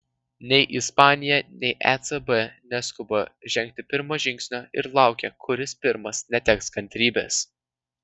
nei ispanija nei ecb neskuba žengti pirmo žingsnio ir laukia kuris pirmas neteks kantrybės